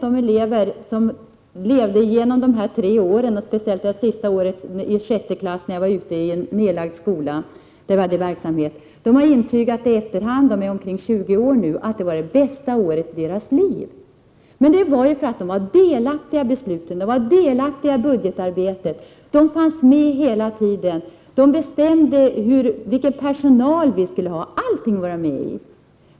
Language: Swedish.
De elever som var med de här tre åren, speciellt det sista året i sjätte klass i en nu nedlagd skola, kan intyga att det var det bästa året i deras liv. Så kände de det därför att de var delaktiga i besluten. De var delaktiga i budgetarbetet. De fanns med hela tiden. De bestämde vilken personal vi skulle ha. Allt deltog de i.